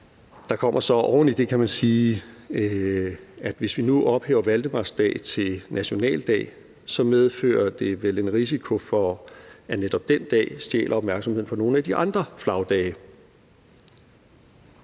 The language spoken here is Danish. Der kommer så oven i det, kan man sige, at hvis vi nu ophøjer valdemarsdag til nationaldag, medfører det vel en risiko for, at netop den dag stjæler opmærksomheden fra nogle af de andre flagdage.